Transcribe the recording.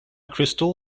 crystal